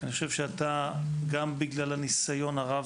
יש לך ניסיון רב